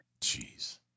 Jeez